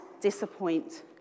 disappoint